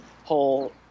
whole